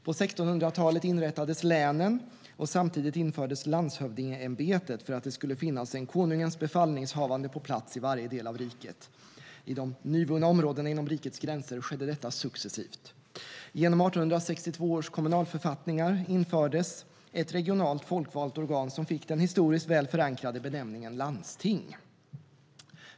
På 1600-talet inrättades länen, och samtidigt infördes landshövdingeämbetet för att det skulle finnas en konungens befallningshavande på plats i varje del av riket. I de nyvunna områdena inom rikets gränser skedde detta successivt. Genom 1862 års kommunalförfattningar infördes ett regionalt folkvalt organ som fick den historiskt väl förankrade benämningen "landsting".